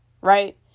right